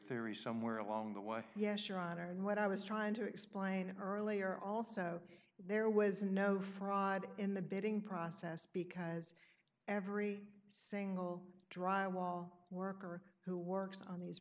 theory somewhere along the way yes your honor and what i was trying to explain earlier also there was no fraud in the bidding process because every single drywall worker who works on these